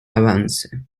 avance